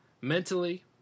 mentally